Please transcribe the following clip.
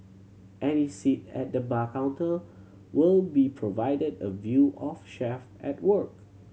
any seat at the bar counter will be provided a view of chef at work